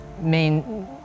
main